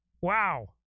Wow